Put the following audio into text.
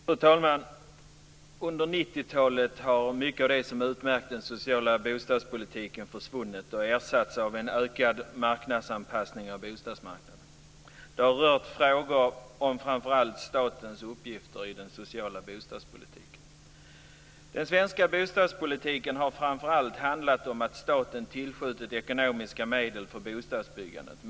Fru talman! Under 90-talet har mycket av det som utmärkt den sociala bostadspolitiken försvunnit och ersatts av en ökad marknadsanpassning av bostadsmarknaden. Det har rört frågor om framför allt statens uppgifter i den sociala bostadspolitiken. Den svenska bostadspolitiken har framför allt handlat om att staten tillskjutit ekonomiska medel för bostadsbyggandet.